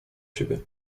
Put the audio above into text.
siebie